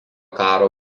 karo